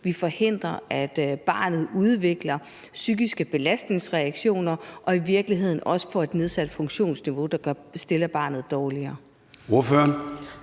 Vi forhindrer, at barnet udvikler psykiske belastningsreaktioner og i virkeligheden også får et nedsat funktionsniveau, der stiller barnet dårligere.